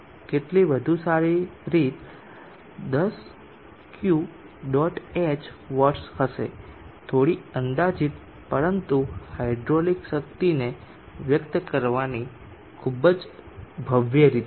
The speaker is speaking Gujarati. કેટલી વધુ સારી રીત 10 Q ડોટ h વોટ્સ હશે થોડી અંદાજિત પરંતુ હાઇડ્રોલિક શક્તિને વ્યક્ત કરવાની ખૂબ જ ભવ્ય રીત છે